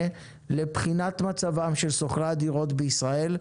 לבחינת מצבם של שוכרי הדירות בישראל.